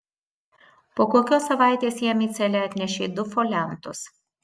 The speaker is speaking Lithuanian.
po kokios savaitės jam į celę atnešė du foliantus